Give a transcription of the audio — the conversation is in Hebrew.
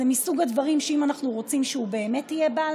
היא מסוג הדברים שאם אנחנו רוצים שהוא באמת יהיה בעל